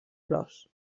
flors